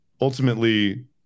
Ultimately